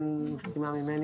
אין מסכימה ממני.